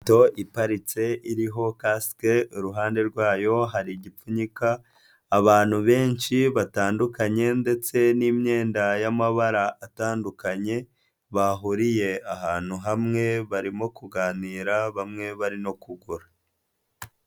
Moto iparitse, iriho kasike, iruhande rwayo hari igipfunyika, abantu benshi batandukanye ndetse n'imyenda y'amabara atandukanye, bahuriye ahantu hamwe, barimo kuganira, bamwe bari no kugura.